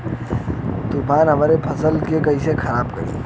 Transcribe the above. तूफान हमरे फसल के कइसे खराब करी?